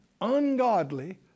ungodly